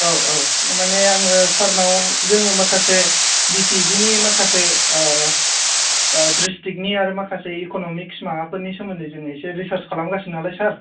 औ औ माने आङो सारनाव जोङो माखासे बिटिएदिनि माखासे द्रिस्टिक्तनि आरो माखासे इक'न'मिक्स माबाफोरनि सोमोन्दै जों इसे रिसार्स खालामगासिनो नालाय सार